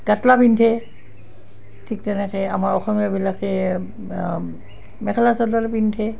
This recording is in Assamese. কাটলা পিন্ধে ঠিক তেনেকৈ আমাৰ অসমীয়াবিলাকে মেখেলা চাদৰ পিন্ধে